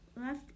left